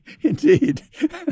Indeed